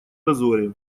дозоре